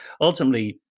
ultimately